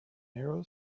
narrow